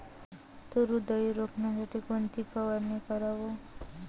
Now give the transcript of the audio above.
तूर उधळी रोखासाठी कोनची फवारनी कराव?